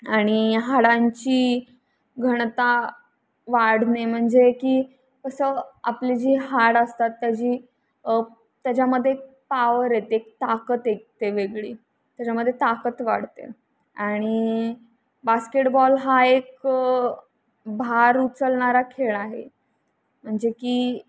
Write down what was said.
आणि हाडांची घनता वाढणे म्हणजे की कसं आपली जी हाडं असतात त्याची त्याच्यामध्ये पावर येते एक ताकद एक ते वेगळी त्याच्यामध्ये ताकद वाढते आणि बास्केटबॉल हा एक भार उचलणारा खेळ आहे म्हणजे की